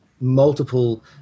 multiple